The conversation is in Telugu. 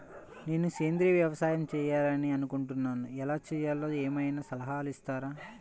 నేను సేంద్రియ వ్యవసాయం చేయాలి అని అనుకుంటున్నాను, ఎలా చేయాలో ఏమయినా సలహాలు ఇస్తారా?